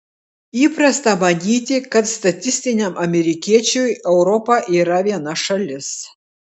įprasta manyti kad statistiniam amerikiečiui europa yra viena šalis